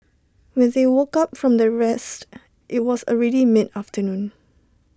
when they woke up from their rest IT was already mid afternoon